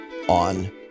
On